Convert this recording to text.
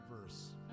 verse